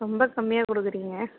ரொம்ப கம்மியாக கொடுக்குறீங்க